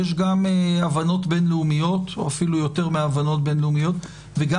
יש גם הבנות בין-לאומיות או אפילו יותר מהבנות